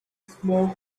smoke